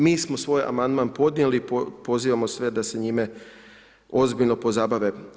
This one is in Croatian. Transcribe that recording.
Mi smo svoj amandman podnijeli i pozivamo sve da se njime ozbiljno pozabave.